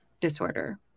disorder